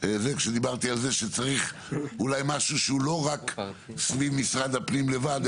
כשדיברתי על זה שצריך אולי משהו שהוא לא רק סביב משרד הפנים לבד,